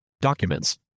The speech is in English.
documents